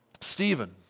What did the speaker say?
Stephen